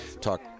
talk